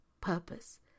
purpose